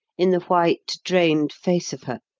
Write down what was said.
in the white, drained face of her,